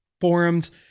forums